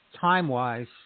time-wise